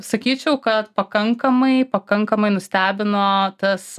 sakyčiau kad pakankamai pakankamai nustebino tas